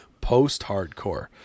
post-hardcore